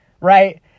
right